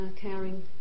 caring